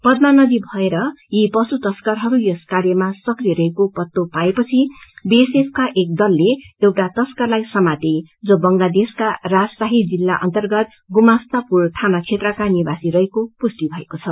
पदामा नदी भएर यसी प्शु तस्करहरू यस काग्रमा लिप्त रहेको पत्तो पाएपछि बीएसपु का एक दलले एउटा तस्कारलाइ समाते जो बंगलादेशका राजशाही जिल्ल अर्न्तगत गुमास्ता पुर थाना क्षेत्रका निवासी रहेको पुष्टी भएको छ